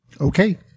Okay